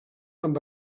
amb